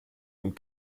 und